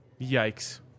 Yikes